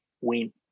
win